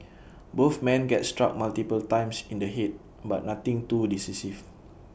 both men get struck multiple times in the Head but nothing too decisive